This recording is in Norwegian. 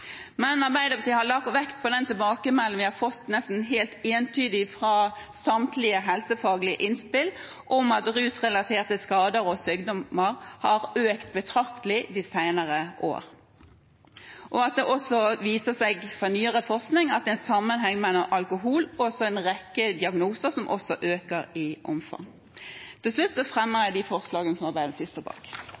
Arbeiderpartiet har lagt vekt på den tilbakemeldingen vi har fått nesten helt entydig fra samtlige helsefaglige innspill, om at rusrelaterte skader og sykdommer har økt betraktelig de senere år, og at det også fra nyere forskning viser seg at det er en sammenheng mellom alkohol og en rekke diagnoser, som øker i omfang. Til slutt fremmer jeg de forslagene som Arbeiderpartiet står bak.